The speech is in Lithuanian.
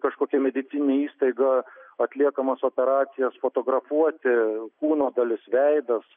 kažkokia medicininė įstaiga atliekamas operacijas fotografuoti kūno dalis veidas